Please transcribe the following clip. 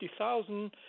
50,000